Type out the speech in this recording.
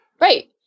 Right